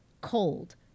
cold